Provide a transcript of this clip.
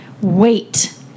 wait